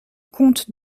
comte